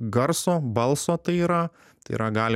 garso balso tai yra tai yra gali